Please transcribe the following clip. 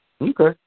Okay